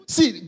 See